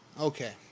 Okay